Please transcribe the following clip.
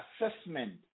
assessment